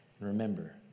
remember